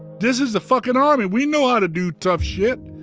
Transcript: this is the fucking army. we know how to do tough shit,